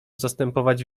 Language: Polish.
zastępować